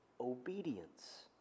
obedience